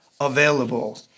available